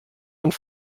und